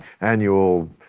annual